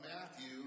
Matthew